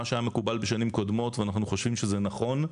מה שהיה מקובל בשנים קודמות ואנחנו חושבים שזה נכון,